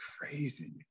crazy